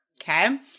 okay